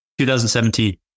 2017